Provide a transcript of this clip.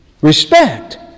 respect